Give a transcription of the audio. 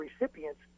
recipients